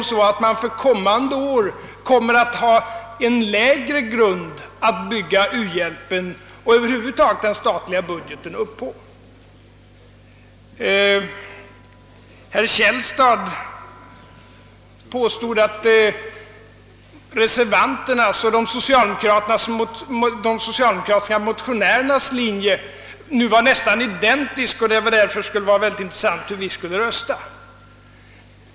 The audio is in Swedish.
kommer man att för kommande år få en lägre grund att basera u-hjälpen liksom över huvud taget den statliga budgeten på. Herr Källstad påstod att reservanternas och de socialdemokratiska motionärernas linjer nästan är identiska och att det därför skulle vara mycket intressant att se hur vi kommer att rösta.